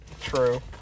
True